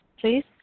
please